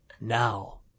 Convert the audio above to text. Now